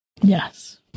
Yes